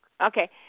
Okay